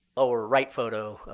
over right photo,